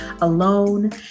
alone